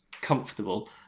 comfortable